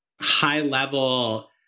high-level